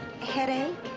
Headache